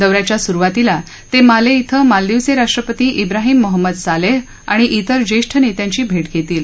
दौऱ्याच्या सुरूवातीला ते माले इथं मालदिवचे राष्ट्रपती इब्राहिम मोहम्मद सालेह आणि इतर ज्येष्ठ नेत्यांची भेट घेतील